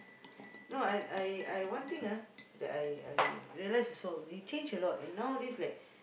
no I I I one thing ah that I I realise also he change a lot and nowadays like